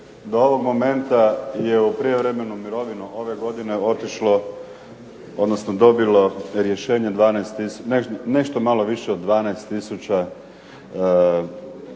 Do ovog momenta je u prijevremenu mirovinu ove godine otišlo, odnosno dobilo rješenje nešto malo više od 12 tisuća